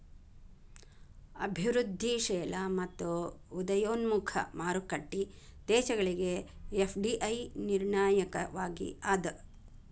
ಅಭಿವೃದ್ಧಿಶೇಲ ಮತ್ತ ಉದಯೋನ್ಮುಖ ಮಾರುಕಟ್ಟಿ ದೇಶಗಳಿಗೆ ಎಫ್.ಡಿ.ಐ ನಿರ್ಣಾಯಕವಾಗಿ ಅದ